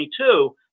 2022